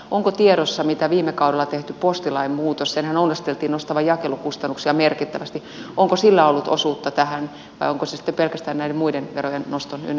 onko tiedossa onko viime kaudella tehdyllä postilain muutoksella senhän ounasteltiin nostavan jakelukustannuksia merkittävästi ollut osuutta tähän vai onko se pelkästään näiden muiden verojen noston ynnä muuta